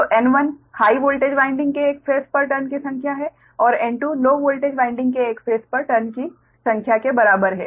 तो N1 high voltage winding के एक फेस पर टर्न की संख्या है और N2 लो वोल्टेज वाइंडिंग के एक फेस पर टर्न की संख्या के बराबर है